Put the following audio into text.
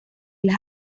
las